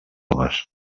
homes